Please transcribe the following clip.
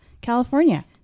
california